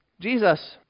Jesus